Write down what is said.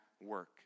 work